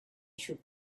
should